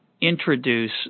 introduce